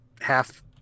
half